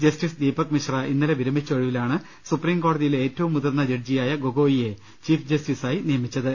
justice Deepak Mishra ഇന്നലെ വിരമിച്ച ഒഴിവിലാണ് സുപ്രീം കോടതിയിലെ ഏറ്റവും മുതിർന്ന ജഡ്ജിയായ ഗൊഗോയിയെ ചീഫ് ജസ്റ്റിസായി നിയമിച്ചത്